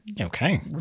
Okay